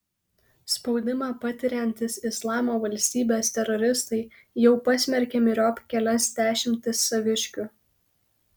spaudimą patiriantys islamo valstybės teroristai jau pasmerkė myriop kelias dešimtis saviškių